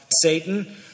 Satan